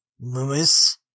Lewis